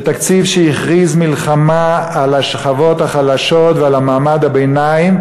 זה תקציב שהכריז מלחמה על השכבות החלשות ועל מעמד הביניים,